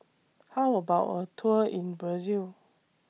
How about A Tour in Brazil